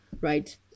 right